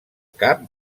cap